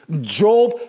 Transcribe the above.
Job